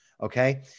okay